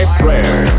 prayer